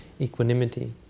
equanimity